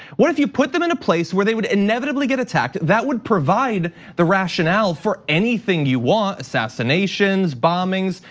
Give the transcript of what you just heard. what if you put them in a place where they would inevitably get attacked that would provide the rational for anything you want, assassinations, bombings,